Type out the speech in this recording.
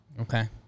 Okay